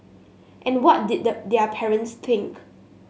and what did the their parents think